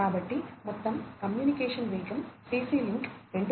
కాబట్టి మొత్తం కమ్యూనికేషన్ వేగం CC లింక్ 2